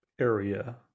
area